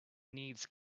needs